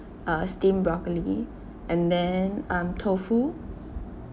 uh steamed broccoli and then um tofu